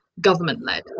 government-led